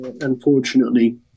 unfortunately